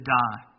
die